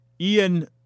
Ian